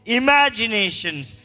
imaginations